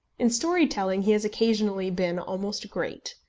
in story-telling he has occasionally been almost great.